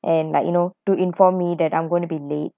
and like you know to inform me that I'm going to be late